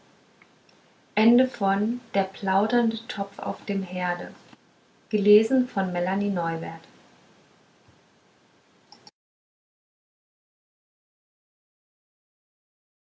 der plaudernde topf auf dem herde